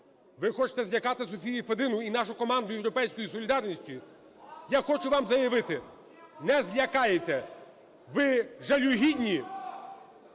ви хочете злякати Софію Федину і нашу команду "Європейської солідарності"? Я хочу вам заявити: не злякаєте! Ви жалюгідні